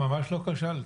ממש לא כשלת.